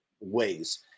ways